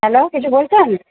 hello কিছু বলছেন